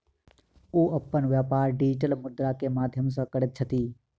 ओ अपन व्यापार डिजिटल मुद्रा के माध्यम सॅ करैत छथि